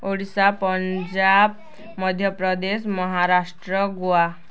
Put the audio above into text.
Odisha Punjab Madhya Pradesh Maharashtra Goa